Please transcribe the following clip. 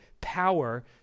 power